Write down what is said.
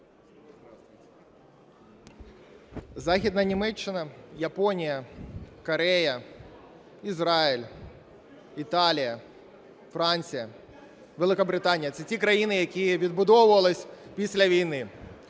Західна Німеччина, Японія, Корея, Ізраїль, Італія, Франція, Великобританія – це ті країни, які відбудовувалися після війни.